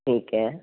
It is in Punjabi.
ਠੀਕ ਹੈ